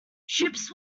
ships